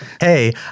hey